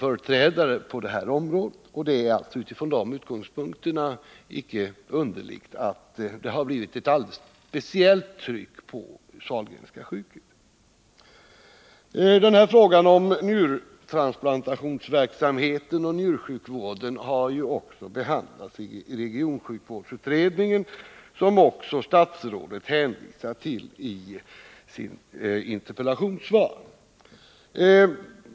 Det är utifrån de utgångspunkterna inte underligt att det blivit ett alldeles speciellt tryck på Sahlgrenska sjukhuset. Frågan om njurtransplantationsverksamhet och njursjukvård har också behandlats i regionsjukvårdsutredningen, som statsrådet också hänvisar till i sitt interpellationssvar.